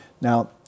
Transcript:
Now